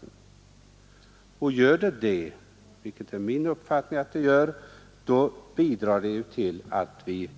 Har sänkningen den effekten — och det är min uppfattning — bidrar den ju till att vi